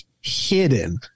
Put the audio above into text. hidden